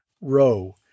row